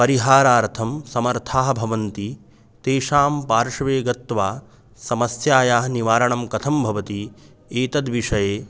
परिहारार्थं समर्थाः भवन्ति तेषां पार्श्वे गत्वा समस्यायाः निवारणं कथं भवति एतद्विषये